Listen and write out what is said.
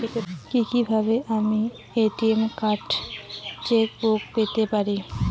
কি কিভাবে আমি এ.টি.এম কার্ড ও চেক বুক পেতে পারি?